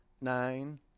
nine